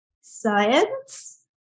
science